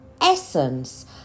essence